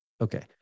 Okay